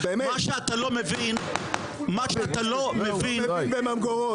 שאתה לא מבין- -- כי אתה מבין גדול.